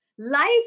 life